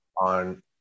on